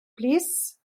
plîs